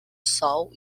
sol